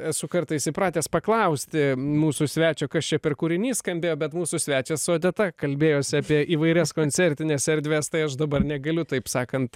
esu kartais įpratęs paklausti mūsų svečio kas čia per kūrinys skambėjo bet mūsų svečias su odeta kalbėjosi apie įvairias koncertines erdves tai aš dabar negaliu taip sakant